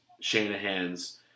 Shanahan's